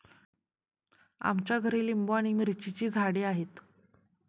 आमच्या घरी लिंबू आणि मिरचीची झाडे आहेत